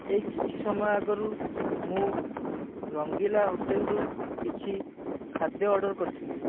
ଏହି କିଛି ସମୟ ଆଗରୁ ମୁଁ ରଙ୍ଗିଲା ହୋଟେଲରୁ କିଛି ଖାଦ୍ୟ ଅର୍ଡ଼ର କରିଥିଲି